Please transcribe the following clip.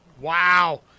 Wow